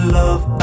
love